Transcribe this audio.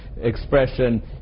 expression